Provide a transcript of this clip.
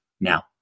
Now